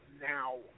now